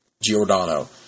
Giordano